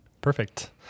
Perfect